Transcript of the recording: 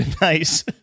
nice